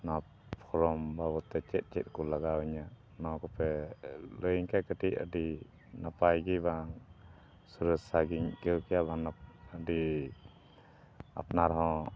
ᱱᱚᱣᱟ ᱯᱷᱚᱨᱚᱢ ᱵᱟᱵᱚᱛᱮ ᱪᱮᱫ ᱪᱮᱫ ᱠᱚ ᱞᱟᱜᱟᱣ ᱤᱧᱟᱹ ᱱᱚᱣᱟ ᱠᱚᱯᱮ ᱞᱟᱹᱭᱟᱹᱧ ᱠᱷᱟᱱ ᱠᱟᱹᱴᱤᱡ ᱟᱹᱰᱤ ᱱᱟᱯᱟᱭ ᱜᱮ ᱵᱟᱝ ᱥᱩᱨᱮᱥᱟᱜᱤᱧ ᱟᱹᱭᱠᱟᱹᱣ ᱠᱮᱭᱟ ᱵᱟᱝ ᱟᱹᱰᱤ ᱟᱯᱱᱟᱨ ᱦᱚᱸ